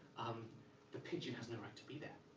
the pigeon has no right to be there.